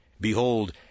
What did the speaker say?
Behold